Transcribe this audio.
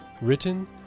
written